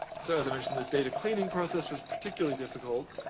so as i mentioned, this data cleaning process was particularly difficult,